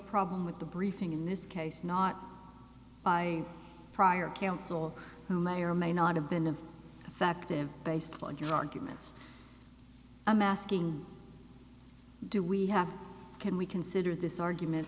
problem with the briefing in this case not by prior counsel who may or may not have been an active based on your arguments i'm asking do we have can we consider this argument